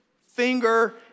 finger